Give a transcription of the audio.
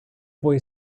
boy